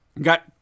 got